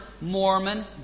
Mormon